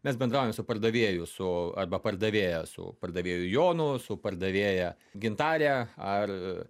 mes bendraujam su pardavėju su arba pardavėja su pardavėju jonu su pardavėja gintare ar